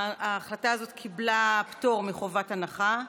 ההחלטה הזאת קיבלה פטור מחובת הנחה.